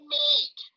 make